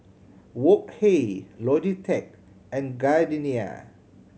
Wok Hey Logitech and Gardenia